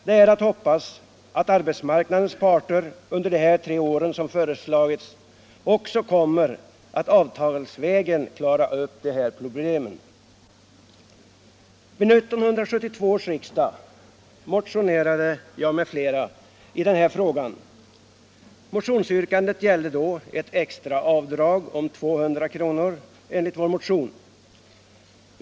Det är att hoppas att arbetsmarknadens parter under de tre år som föreslagits kommer att avtalsvägen klara upp dessa problem. Vid 1972 års riksdag motionerade jag tillsammans med flera andra ledamöter i den här frågan. Yrkandet i centermotionen gällde då ett extra avdrag om 200 kr.